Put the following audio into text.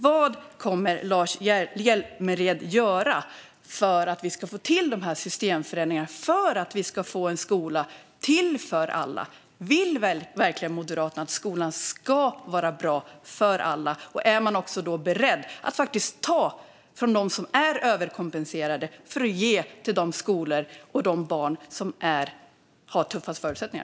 Vad kommer Lars Hjälmered att göra för att vi ska få till systemförändringar så att vi får en skola som är till för alla? Vill Moderaterna verkligen att skolan ska vara bra för alla, och är man då beredd att ta från dem som är överkompenserade och ge till de skolor och de barn som har tuffast förutsättningar?